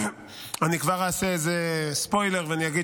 אני כבר אעשה איזה ספוילר ואני אגיד